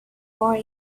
more